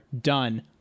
Done